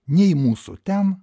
nei mūsų ten